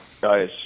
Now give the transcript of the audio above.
guys